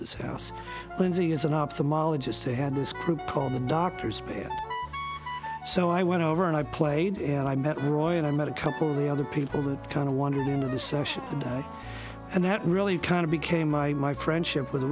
his house lindsay is an ophthalmologist they had this group called the doctors so i went over and i played and i met roy and i met a couple of the other people that kind of wandered into the session and that really kind of became my my friendship with